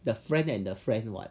the friend and the friend what